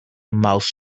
mouse